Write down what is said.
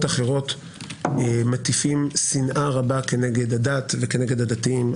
אחרות מטיפים שנאה רבה כנגד הדת וכנגד הדתיים.